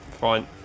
fine